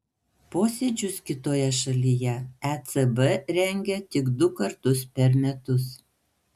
posėdžius kitoje šalyje ecb rengia tik du kartus per metus